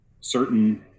certain